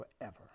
forever